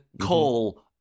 call